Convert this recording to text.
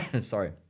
Sorry